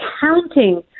counting